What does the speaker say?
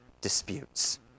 disputes